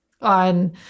on